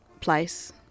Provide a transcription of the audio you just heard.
place